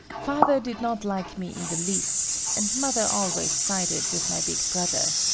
father did not like me in the least, and mother always sided with my big brother.